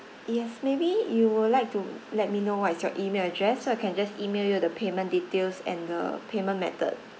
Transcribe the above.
yes maybe you would like to let me know what is your email address so I can just email you the payment details and the payment method